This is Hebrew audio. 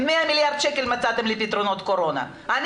אתם מצאתם לפתרונות קורונה 100 מיליארד שקל.